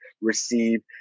receive